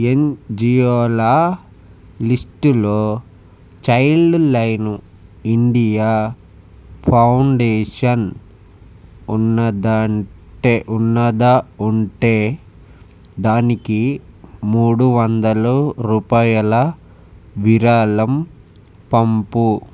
ఎన్జియోల లిస్టులో Childline India Foundation ఉన్నదంటే ఉన్నదా ఉంటే దానికి మూడు వందలు రూపాయల విరాళం పంపు